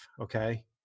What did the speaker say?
Okay